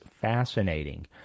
fascinating